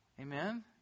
Amen